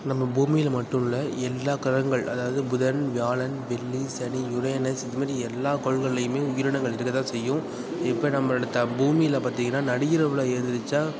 நம்ம பூமியில் மட்டும் இல்லை எல்லா கிரகங்கள் அதாவது புதன் வியாழன் வெள்ளி சனி யுரேனஸ் இதுமாதிரி எல்லா கோள்கள்லேயுமே உயிரினங்கள் இருக்கற தான் செய்யும் இப்போ நம்ம எடுத்தால் பூமியில் பார்த்திங்கன்னா நடு இரவில் ஏழுந்திரிச்சா